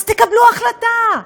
אז תקבלו החלטה.